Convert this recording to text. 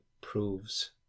proves